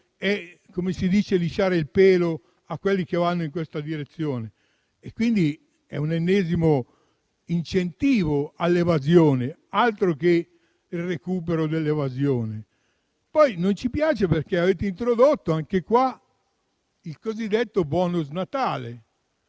si dice, significa lisciare il pelo a quelli che vanno in questa direzione, quindi è un ennesimo incentivo all'evasione, altro che recupero dell'evasione. Non ci piace poi perché avete introdotto il cosiddetto *bonus* Natale,